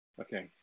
Okay